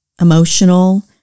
emotional